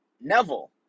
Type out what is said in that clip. Neville